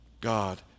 God